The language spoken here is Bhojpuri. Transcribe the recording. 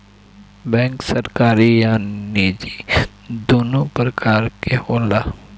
बेंक सरकारी आ निजी दुनु प्रकार के होला